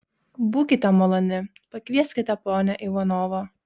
būkite maloni pakvieskite ponią ivanovą